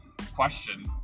question